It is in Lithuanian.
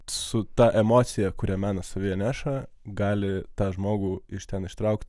su ta emocija kuria menas savyje neša gali tą žmogų iš ten ištraukti